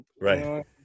right